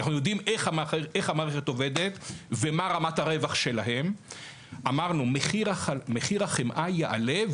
אנחנו יודעים איך המערכת עובדת ומה רמת הרווח שלהם שמחיר החמאה יעלה,